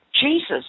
Jesus